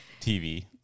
TV